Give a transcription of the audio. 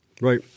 Right